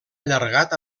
allargat